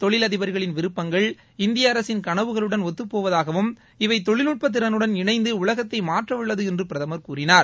தொழிலதிபர்களின் விருப்பங்கள் இந்திய அரசின் கனவுகளுடன் ஒத்தப்போவதாகவும் இவை தொழில்நுட்ப திறனுடன் இணைந்து உலகத்தை மாற்றவல்லது என்று பிரதமர் கூறினார்